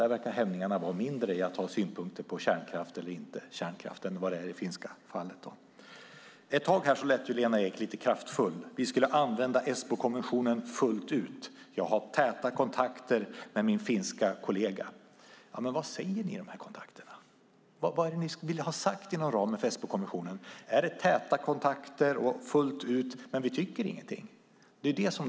Där verkar hämningarna vara mindre när det gäller att ha synpunkter på kärnkraft eller inte kärnkraft än vad de är i det finska fallet. Ett tag lät Lena Ek lite kraftfull och sade att vi ska använda Esbokonventionen fullt ut och att hon har täta kontakter med sin finska kollega. Vad säger ni i de här kontakterna? Vad är det ni vill ha sagt inom ramen för Esbokonventionen? Är det täta kontakter fullt ut samtidigt som ni inte tycker någonting?